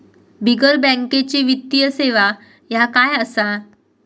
बिगर बँकेची वित्तीय सेवा ह्या काय असा?